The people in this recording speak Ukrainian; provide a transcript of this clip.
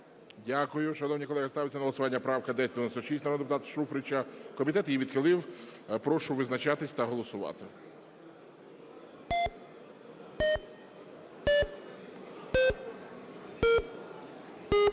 Дякую. Шановні колеги, ставиться на голосування правка 1096 народного депутата Шуфрича. Комітет її відхилив. Прошу визначатися та голосувати.